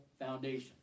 foundation